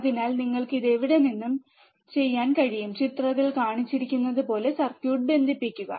അതിനാൽ നിങ്ങൾക്ക് ഇത് എവിടെനിന്നും ചെയ്യാൻ കഴിയും ചിത്രത്തിൽ കാണിച്ചിരിക്കുന്നതുപോലെ സർക്യൂട്ട് ബന്ധിപ്പിക്കുക